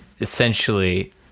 essentially